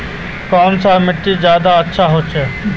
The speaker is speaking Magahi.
कौन सा मिट्टी ज्यादा अच्छा होबे है?